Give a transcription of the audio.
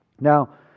Now